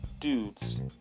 dudes